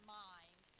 mind